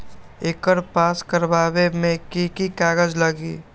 एकर पास करवावे मे की की कागज लगी?